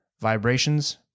vibrations